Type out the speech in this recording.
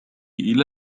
إلى